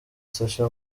sacha